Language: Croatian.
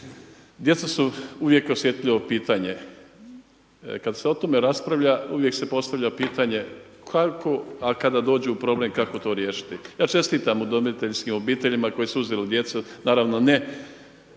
djeca su uvijek osjetljivo pitanje. Kad se o tome raspravlja uvijek se postavlja pitanje, kako, a kada dođe problem, kako to riješiti. Ja čestitam udomiteljskim obiteljima koji su uzeli djecu, naravno ne,